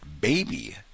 baby